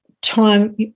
time